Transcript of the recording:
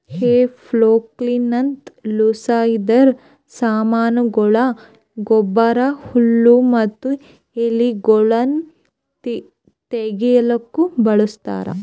ಹೇ ಫೋರ್ಕ್ಲಿಂತ ಲೂಸಇರದ್ ಸಾಮಾನಗೊಳ, ಗೊಬ್ಬರ, ಹುಲ್ಲು ಮತ್ತ ಎಲಿಗೊಳನ್ನು ತೆಗಿಲುಕ ಬಳಸ್ತಾರ್